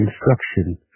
instruction